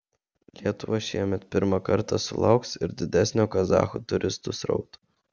lietuva šiemet pirmą kartą sulauks ir didesnio kazachų turistų srauto